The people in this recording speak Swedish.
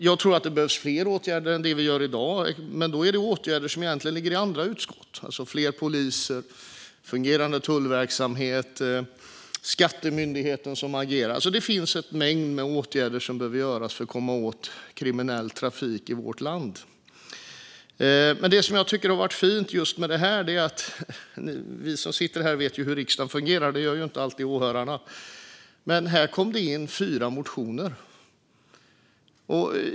Jag tror att det behövs fler åtgärder än dem vi vidtar i dag, men då är det åtgärder som egentligen ligger i andra utskott, till exempel fler poliser, fungerande tullverksamhet och att Skattemyndigheten agerar. Det finns en mängd åtgärder som behöver vidtas för att komma åt kriminell trafik i vårt land. Jag vill nämna något som jag tycker har varit fint med just det här. Vi som sitter här vet ju hur riksdagen fungerar; det gör inte alltid åhörarna. Här kom det in fyra motioner.